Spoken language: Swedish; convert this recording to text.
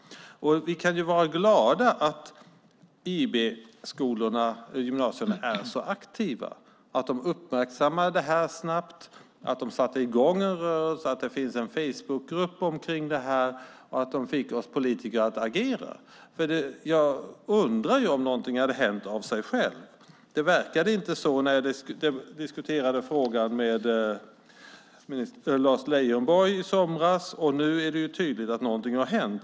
Vi kan vara glada över att IB-gymnasierna är så aktiva att de uppmärksammade detta snabbt och satte i gång en rörelse, att det finns en Facebookgrupp om detta, och att de fick oss politiker att agera. Jag undrar om något skulle ha hänt av sig självt. Det verkade inte så när jag diskuterade frågan med Lars Leijonborg i somras, men nu är det tydligt att något har hänt.